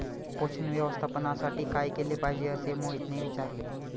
पोषण व्यवस्थापनासाठी काय केले पाहिजे असे मोहितने विचारले?